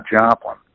Joplin